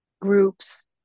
groups